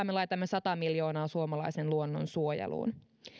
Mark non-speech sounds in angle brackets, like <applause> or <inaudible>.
<unintelligible> me laitamme sata miljoonaa suomalaisen luonnon suojeluun